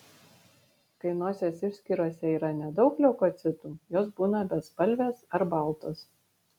kai nosies išskyrose yra nedaug leukocitų jos būna bespalvės ar baltos